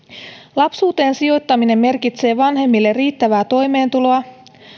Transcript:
lapsuuteen sijoittaminen merkitsee vanhemmille riittävää toimeentuloa